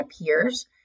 appears